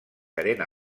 arena